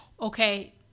okay